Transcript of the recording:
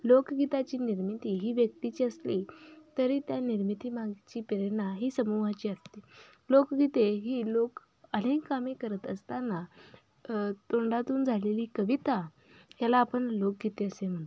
लोकगीताची निर्मिती ही व्यक्तीची असली तरी त्या निर्मिती मागची प्रेरणा ही समूहाची असते लोकगीते ही लोक अनेक कामे करत असताना तोंडातून झालेली कविता ह्याला आपण लोकगीते असे म्हणतो